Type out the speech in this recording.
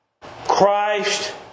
Christ